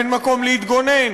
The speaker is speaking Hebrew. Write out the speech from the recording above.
אין מקום להתגונן,